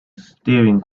staring